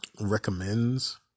Recommends